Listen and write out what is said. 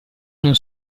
non